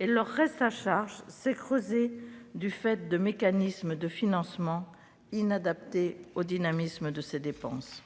et leur reste à charge s'est creusé du fait de l'inadaptation des mécanismes de financement au dynamisme de ces dépenses.